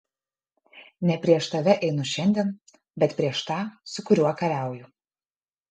ne prieš tave einu šiandien bet prieš tą su kuriuo kariauju